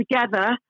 together